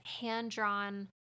hand-drawn